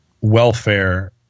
welfare